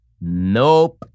Nope